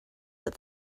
that